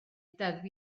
deddf